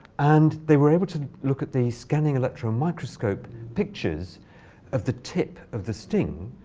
and they were able to look at the scanning electron microscope pictures of the tip of the sting.